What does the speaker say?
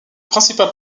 principal